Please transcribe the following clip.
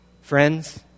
Friends